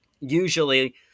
Usually